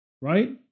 right